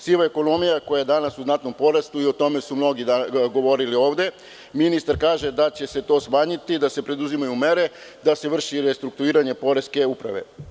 Siva ekonomija, koja je danas u znatnom porastu, a o tome su mnogu govorili ovde, i tu ministar kaže da će se to smanjiti i da se preduzimaju mere, da se vrši restrukturiranje poreske uprave.